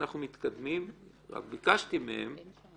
אנחנו מתקדמים, רק ביקשתי מהם